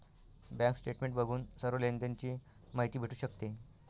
bank statement बघून सर्व लेनदेण ची माहिती भेटू शकते